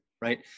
right